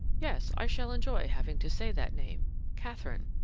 yes, i shall enjoy having to say that name catherine!